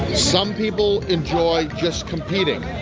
some people enjoy just competing.